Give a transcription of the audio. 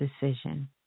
decision